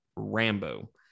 Rambo